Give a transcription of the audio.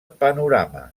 panorama